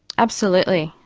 absolutely,